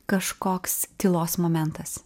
kažkoks tylos momentas